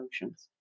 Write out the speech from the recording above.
emotions